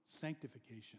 sanctification